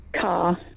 car